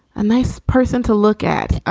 and nice person to look at.